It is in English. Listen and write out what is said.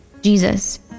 Jesus